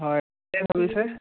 হয় কি ভাবিছে